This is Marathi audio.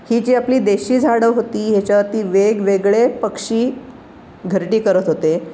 ही जी आपली देशी झाडं होती ह्याच्यावरती वेगवेगळे पक्षी घरटी करत होते